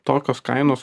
tokios kainos